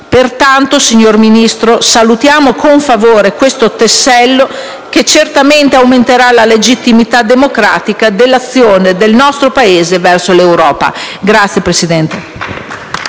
Pertanto, signor Ministro, salutiamo con favore questo tassello che certamente aumenterà la legittimità democratica dell'azione del nostro Paese verso l'Europa. *(Applausi